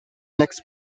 next